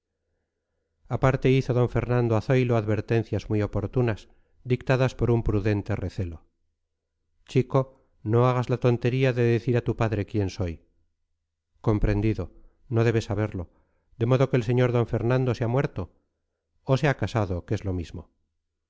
aparte hizo d fernando a zoilo advertencias muy oportunas dictadas por un prudente recelo chico no hagas la tontería de decir a tu padre quién soy comprendido no debe saberlo de modo que el sr d fernando se ha muerto o se ha casado que es lo mismo